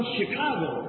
Chicago